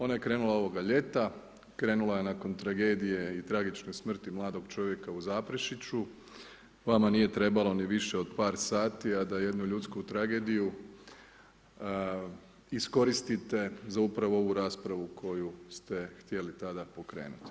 Ona je krenula ovoga ljeta, krenula je nakon tragedije i tragične smrti mladog čovjeka u Zaprešiću, vama nije trebalo ni više od par sati a da jednu ljudsku tragediju iskoristite za upravo ovu raspravu koju ste htjeli tada pokrenuti.